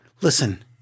Listen